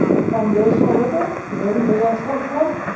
the foundational ripple where everything else comes from.